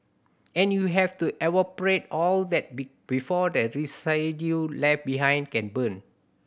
and you have to evaporate all that before the residue left behind can burn